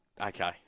Okay